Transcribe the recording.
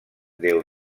deu